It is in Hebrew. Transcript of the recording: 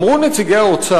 בדיון הזה אמרו נציגי האוצר,